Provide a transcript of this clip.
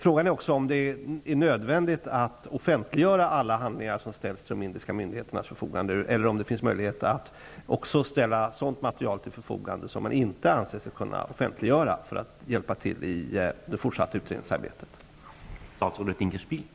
Frågan är också om det är nödvändigt att offentliggöra alla handlingar som ställs till de indiska myndigheternas förfogande eller om det finns möjlighet att för att hjälpa till i det fortsatta utrdningsarbetet ställa även sådant mate rial till förfogande som man inte anser sig kunna offentliggöra.